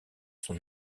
son